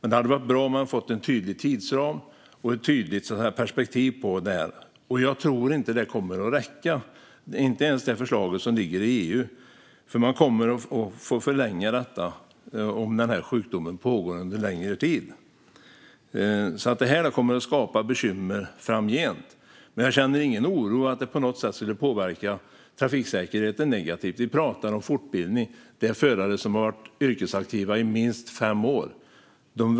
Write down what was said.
Det hade varit bra om vi hade fått en tydlig tidsram och ett tydligt perspektiv på detta. Jag tror inte att det kommer att räcka, inte ens det förslag som ligger i EU, för man kommer att få förlänga det om sjukdomen pågår under en längre tid. Detta kommer att skapa bekymmer framgent, men jag känner ingen oro för att det på något sätt skulle påverka trafiksäkerheten negativt. Vi pratar om fortbildning. Det är förare som har varit yrkesaktiva i minst fem år.